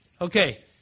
Okay